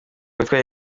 witwaga